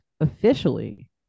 officially